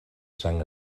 sang